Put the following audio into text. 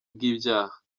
bw’ibyaha